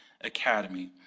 Academy